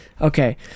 Okay